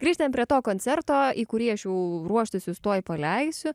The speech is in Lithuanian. grįžtant prie to koncerto į kurį aš jau ruoštis jus tuoj paleisiu